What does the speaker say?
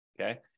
okay